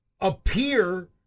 appear